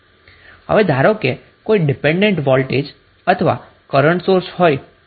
હવે ધારો કે કોઈ ડીપેન્ડન્ટ વોલ્ટેજ અથવા કરન્ટ સોર્સ હોય નહીં